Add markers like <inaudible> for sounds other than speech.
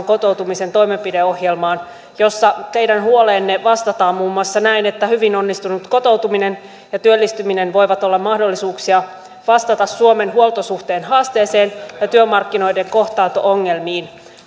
<unintelligible> kotoutumisen toimenpideohjelmaan jossa teidän huoleenne vastataan muun muassa näin että hyvin onnistunut kotoutuminen ja työllistyminen voivat olla mahdollisuuksia vastata suomen huoltosuhteen haasteeseen ja työmarkkinoiden kohtaanto ongelmiin